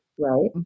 Right